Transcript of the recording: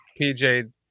PJ